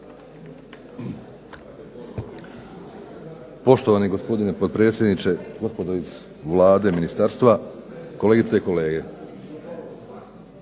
Poštovani gospodine potpredsjedniče, gospodo iz Vlade, ministarstva, kolegice i kolege.